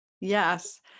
yes